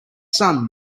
son